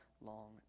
long